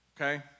okay